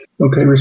Okay